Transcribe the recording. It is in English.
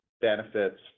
benefits